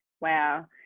wow